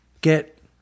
get